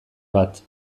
bat